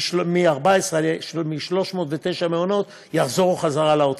הכסף יחזור לאוצר.